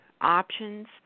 options